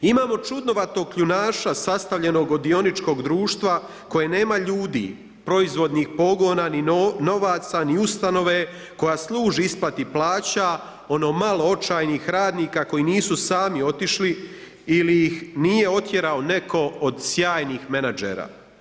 Imamo čudnovatog kljunaša sastavljenog od dioničkog društva, koji nema ljudi, proizvodnih pogona ni novaca, ni ustanove, koja služi isplati plaća, ono malo očajnih radnika, koji nisu sami otišli ili ih nije otjerao netko od sjajnih menadžera.